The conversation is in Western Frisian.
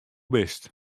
bist